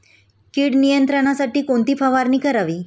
कीड नियंत्रणासाठी कोणती फवारणी करावी?